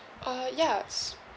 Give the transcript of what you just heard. uh ya